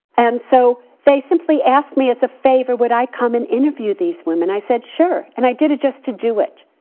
and so they simply asked me as a favor, would i come and interview these women. i said, sure. and i did it just to do it.